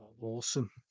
Awesome